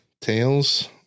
Tails